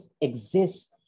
exists